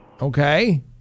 Okay